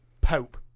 Pope